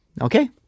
Okay